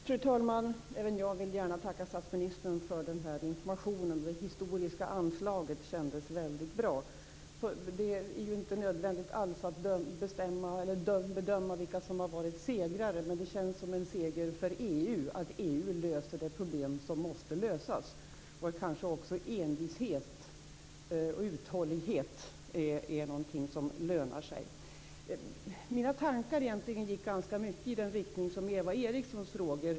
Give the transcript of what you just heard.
Fru talman! Även jag vill tacka statsministern för den här informationen. Det historiska anslaget kändes väldigt bra. Det är inte nödvändigt att bedöma vilka som har varit segrare, men det känns som en seger för EU att EU löser de problem som måste lösas. Kanske också envishet och uthållighet är någonting som lönar sig. Mina tankar gick ganska mycket i samma riktning som Eva Erikssons frågor.